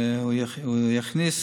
שהוא יכניס